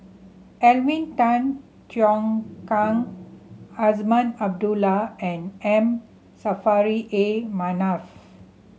Alvin Tan Cheong Kheng Azman Abdullah and M Saffri A Manaf